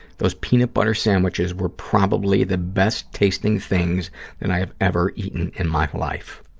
those peanut butter sandwiches were probably the best-tasting things that i have ever eaten in my life.